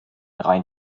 rein